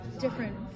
different